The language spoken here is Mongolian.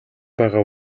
байгаа